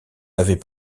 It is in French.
avez